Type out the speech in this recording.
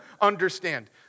understand